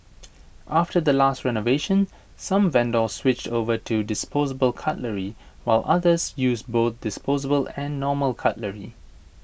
after the last renovation some vendors switched over to disposable cutlery while others use both disposable and normal cutlery